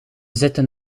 zitten